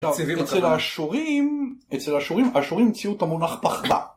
אצל האשורים, אצל האשורים, האשורים המציאו את המונח 'פחתא'.